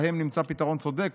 ולהם נמצא פתרון צודק